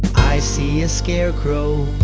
i see a scarecrow,